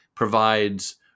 provides